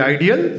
Ideal